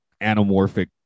anamorphic